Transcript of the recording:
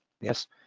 Yes